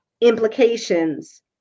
implications